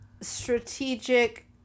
strategic